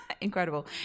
incredible